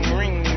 ring